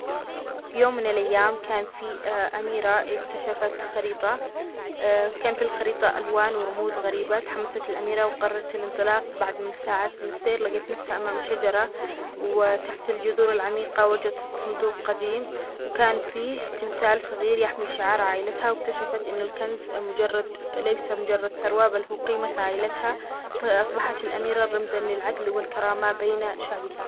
في أحد الأيام، كانت هناك أميرة لقت خريطة غامضة في زاوية من القلعة. كانت الخريطة مليانة رموز وأماكن موضحة، وما كانت تعرف وين تؤدي. قررت تسافر في رحلة بعيدًا عن المملكة، علشان تكتشف السر وراء الخريطة، وكلها حماس للي راح تلاقيه.